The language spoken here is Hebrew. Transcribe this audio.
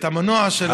המנוע של,